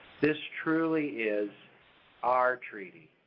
this truly is our treaty.